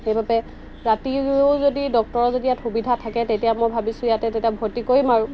সেইবাবে ৰাতিও যদি ডক্টৰৰ যদি ইয়াত সুবিধা থাকে তেতিয়া মই ভাবিছোঁ ইয়াতে তেতিয়া ভৰ্তি কৰিম আৰু